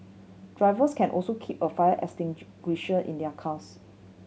drivers can also keep a fire extinguisher in their cars